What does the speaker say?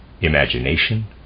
Imagination